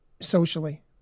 socially